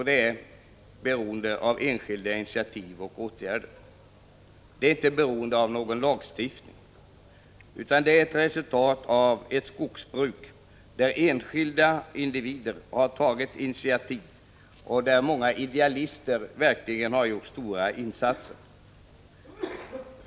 Detta beror på enskilda initiativ och åtgärder. Det beror inte på någon lagstiftning, utan det är ett resultat av ett skogsbruk där enskilda individer har tagit initiativ, och där många idealister verkligen har gjort stora insatser.